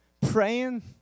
praying